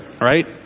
Right